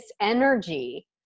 energy